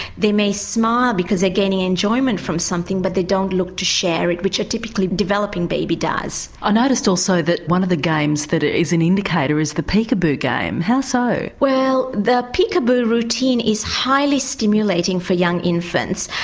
they may smile because they are gaining enjoyment from something, but they don't look to share it, which a typically developing baby does. i ah noticed also that one of the games that is an indicator is the peek-a-boo game, how so? well the peek-a-boo routine is highly stimulating for young infants.